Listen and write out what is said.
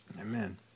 Amen